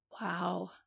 Wow